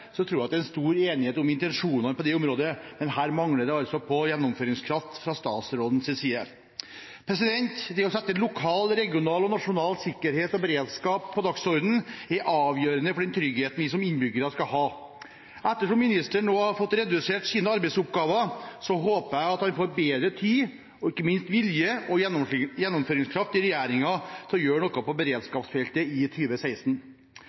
tror jeg det er stor enighet om intensjonene på det området, men her mangler det altså gjennomføringskraft fra statsrådens side. Det å sette lokal, regional og nasjonal sikkerhet og beredskap på dagsordenen er avgjørende for den tryggheten vi som innbyggere skal ha. Ettersom ministeren nå har fått redusert sine arbeidsoppgaver, håper jeg han får bedre tid og ikke minst vilje og gjennomføringskraft i regjeringen til å gjøre noe på beredskapsfeltet i